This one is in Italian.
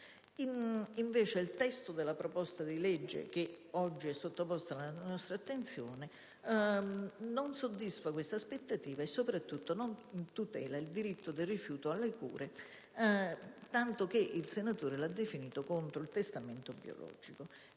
Invece, il testo della proposta di legge oggi sottoposto alla nostra attenzione non soddisfa tale aspettativa e soprattutto non tutela il diritto del rifiuto alle cure, tanto che il senatore lo ha definito contro il testamento biologico.